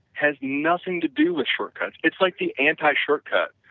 has nothing to do with shortcuts. it's like the anti-shortcut,